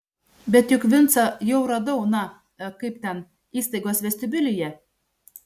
bet juk vincą jau radau na kaip ten įstaigos vestibiulyje